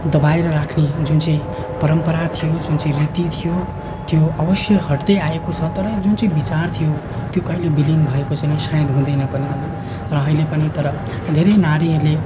दबाएर राख्ने जुन चाहिँ परम्परा थियो जुन चाहिँ रीति थियो त्यो अवश्य हट्दैआएको छ तर यो जुन चाहिँ विचार थियो त्यो कहिले विलीन भएको छैन सायद हुँदैन पनि होला तर अहिले पनि तर धेरै नारीहरूले